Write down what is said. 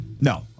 No